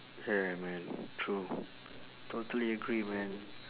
ya man true totally agree man